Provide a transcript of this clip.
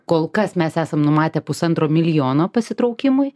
kol kas mes esam numatę pusantro milijono pasitraukimui